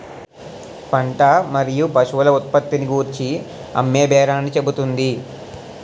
పంట మరియు పశువుల ఉత్పత్తిని గూర్చి అమ్మేబేరాన్ని చెబుతుంది